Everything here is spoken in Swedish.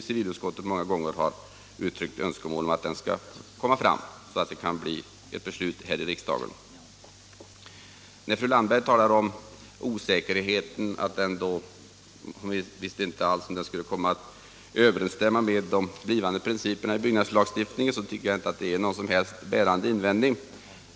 Fru Landberg talar om en osäkerhet därför att förslaget inte överensstämmer med principerna i byggnadslagstiftningen. Jag tycker inte det är någon bärande invändning.